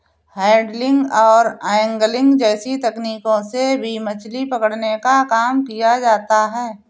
handling और angling जैसी तकनीकों से भी मछली पकड़ने का काम किया जाता है